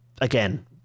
again